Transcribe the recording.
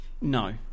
No